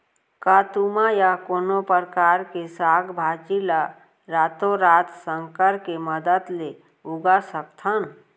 का तुमा या कोनो परकार के साग भाजी ला रातोरात संकर के मदद ले उगा सकथन?